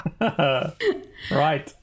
Right